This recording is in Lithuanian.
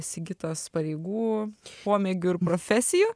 sigitos pareigų pomėgių ir profesijų